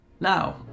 Now